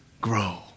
grow